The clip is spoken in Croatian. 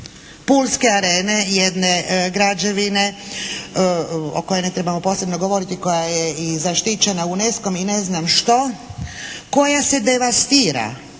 pulske Arene, jedne građevine o kojoj ne trebamo posebno govoriti, koja je zaštićena UNESCO-om i ne znam što, koja se devastira,